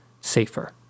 safer